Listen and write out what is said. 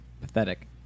Pathetic